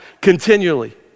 continually